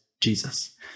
Jesus